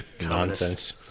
nonsense